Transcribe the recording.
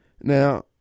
Now